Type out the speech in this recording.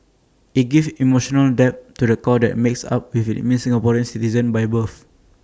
IT gives emotional depth to the core that makes up with IT means Singaporean citizens by birth